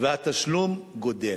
והתשלום גדל.